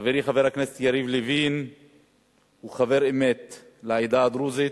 חברי חבר הכנסת יריב לוין הוא חבר אמת לעדה הדרוזית.